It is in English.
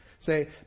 Say